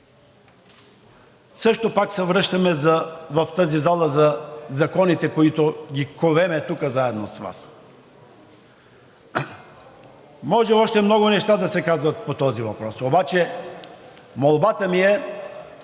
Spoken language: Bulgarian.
Също пак се връщаме в тази зала за законите, които ковем тук заено с Вас. Може още много неща да се кажат по този въпрос, обаче молбата ми е